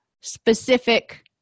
specific